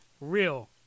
real